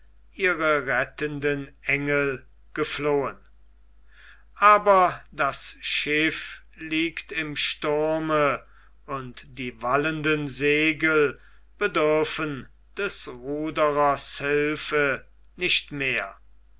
ihre rettenden engel geflohen aber das schiff fliegt im sturme und die wallenden segel bedürfen des ruderers hilfe nicht mehr